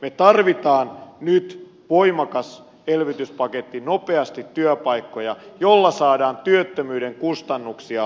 me tarvitsemme nyt voimakkaan elvytyspaketin nopeasti työpaikkoja joilla saadaan työttömyyden kustannuksia laskemaan